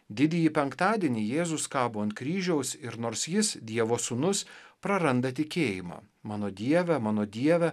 didįjį penktadienį jėzus kabo ant kryžiaus ir nors jis dievo sūnus praranda tikėjimą mano dieve mano dieve